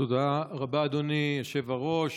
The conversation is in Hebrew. תודה רבה, אדוני היושב-ראש.